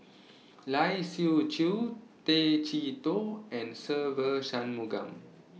Lai Siu Chiu Tay Chee Toh and Se Ve Shanmugam